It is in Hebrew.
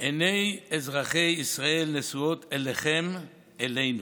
עיני אזרחי ישראל נשואות אליכם, אלינו,